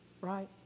right